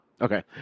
Okay